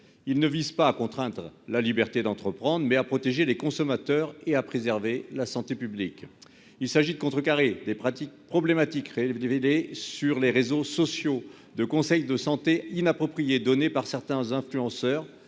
il ne vise pas à contraindre la liberté d'entreprendre, mais à protéger les consommateurs et à préserver la santé publique. Il s'agit de contrecarrer des pratiques problématiques créent le DVD sur les réseaux sociaux de conseils de santé inapproprié donné par certains influenceurs